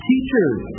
Teachers